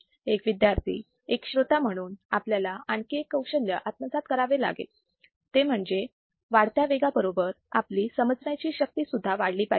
एक विद्यार्थी एक श्रोता म्हणून आपल्याला आणखी एक कौशल्य आत्मसात करावे लागेल ते म्हणजे वाढत्या वेगाबरोबर आपली समजण्याची शक्ती सुद्धा वाढली पाहिजे